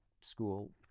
school